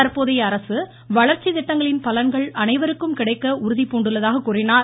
தற்போதைய அரசு வளர்ச்சி திட்டங்களின் பலன்கள் அனைவருக்கும் கிடைக்க உறுதிபூண்டுள்ளதாக கூறினார்